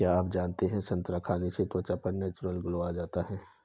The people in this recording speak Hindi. क्या आप जानते है संतरा खाने से त्वचा पर नेचुरल ग्लो आता है?